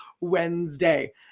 Wednesday